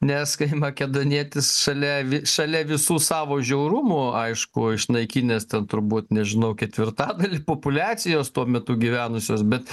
nes kai makedonietis šalia vi šalia visų savo žiaurumų aišku išnaikinęs ten turbūt nežinau ketvirtadalį populiacijos tuo metu gyvenusios bet